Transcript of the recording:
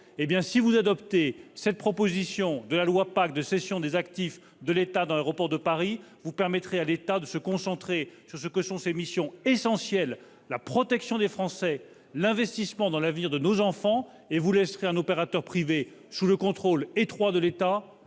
si vous approuvez la cession des actifs de l'État dans Aéroports de Paris, vous permettrez à l'État de se concentrer sur ses missions essentielles, la protection des Français et l'investissement dans l'avenir de nos enfants, et vous laisserez à un opérateur privé, sous le contrôle étroit de l'État,